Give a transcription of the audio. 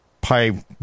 Pi